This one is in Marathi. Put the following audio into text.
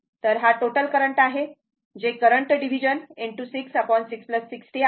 तर हा टोटल करंट आहे हा टोटल करंट आहे जे करंट डिव्हिजन ✕ 6 6 60 आहे म्हणजेच ते 0 आहे